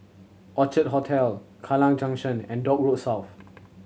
Orchard Hotel Kallang Junction and Dock Road South